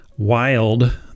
wild